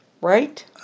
right